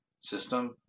system